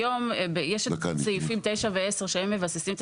היום יש את סעיפים 9 ו-10 שמבססים את